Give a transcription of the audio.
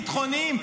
ביטחוניים,